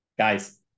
guys